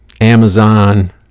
Amazon